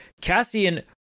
Cassian